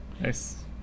Nice